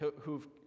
who've